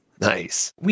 Nice